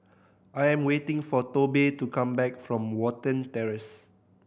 I am waiting for Tobe to come back from Watten Terrace